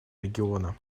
региона